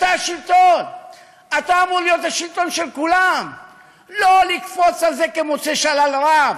אתה יודע, אני אוהב לשמוע,